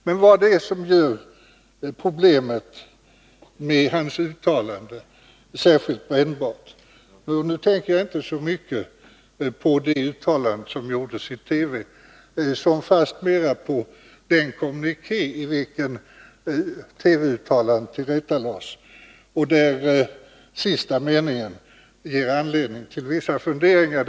När jag nu skall redogöra för varför finansministerns uttalande är så brännbart tänker jag inte så mycket på det uttalande som gjordes i TV, utan fastmera på den kommuniké i vilken TV-uttalandet tillrättalades. Kommunikéns sista mening ger anledning till vissa funderingar.